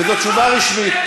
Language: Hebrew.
וזו תשובה רשמית.